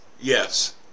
Yes